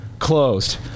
closed